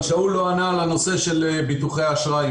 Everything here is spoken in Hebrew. אבל שאול לא ענה על הנושא של ביטוחי האשראי.